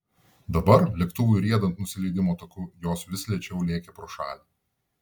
dabar lėktuvui riedant nusileidimo taku jos vis lėčiau lėkė pro šalį